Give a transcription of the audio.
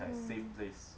mm